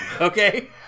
okay